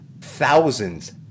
thousands